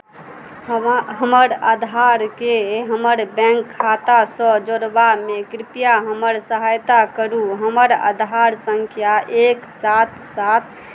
हमरा हमर आधारके हमर बैंक खातासँ जोड़बामे कृपया हमर सहायता करू हमर आधार सङ्ख्या एक सात सात